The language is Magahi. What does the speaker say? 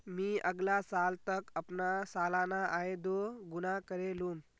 मी अगला साल तक अपना सालाना आय दो गुना करे लूम